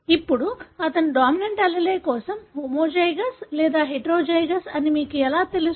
ఇప్పుడు అతను dominant allele కోసం హోమోజైగస్ లేదా హెటెరోజైగస్ అని మీకు ఎలా తెలుసు